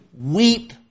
weep